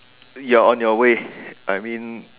you are on your way I mean